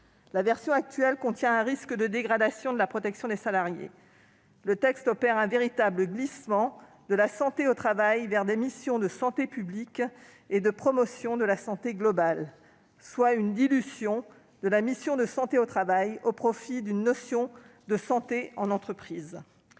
présente au contraire un risque de dégradation de la protection des salariés. Le texte opère un véritable glissement de la santé au travail vers des missions de santé publique et de promotion de la santé globale, soit une dilution de la mission de santé au travail au profit de la notion de santé en entreprise.